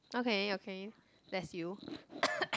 okay okay that's you